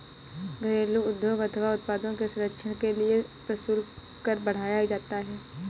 घरेलू उद्योग अथवा उत्पादों के संरक्षण के लिए प्रशुल्क कर बढ़ाया जाता है